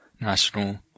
national